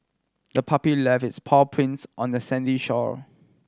the puppy left its paw prints on the sandy shore